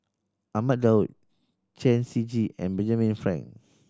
Ahmad Daud Chen Shiji and Benjamin Frank